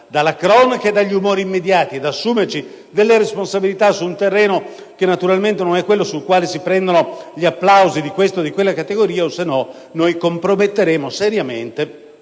dalla cronaca e dagli umori mediati e ad assumerci le responsabilità su un terreno che, naturalmente, non è quello sul quale si ricevono gli applausi di questa o quella categoria; oppure, noi comprometteremo seriamente